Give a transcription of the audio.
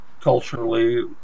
culturally